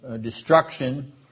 destruction